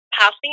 passing